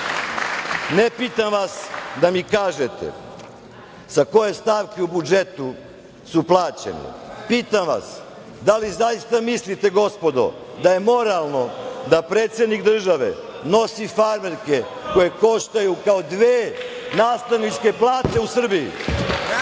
Ne pitam vas da mi kažete sa koje stavke u budžetu su plaćene. Pitam vas da li zaista mislite, gospodo, da je moralno da predsednik države nosi farmerke koje koštaju kao dve nastavničke plate u Srbiji? Jedna